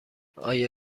آیا